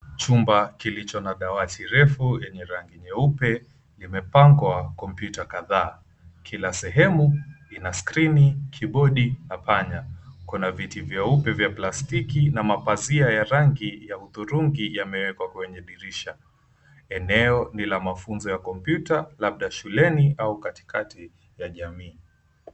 Chumba kilicho na dawati refu lenye rangi nyeupe limepangwa kompyuta kadhaa, kila sehemu ina skrini kibodi na panya. Kuna viti vyeupe vya plastiki na mapazia ya rangi ya hudhurungi yamewekwa kwenye dirisha. Eneo ni la mafunzo ya kompyuta, labda shuleni au katikati ya jamii.